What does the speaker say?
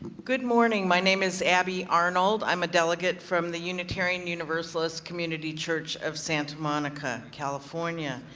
good morning. my name is abby arnold. i'm a delegate from the unitarian universalist community church of santa monica, california.